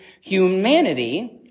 humanity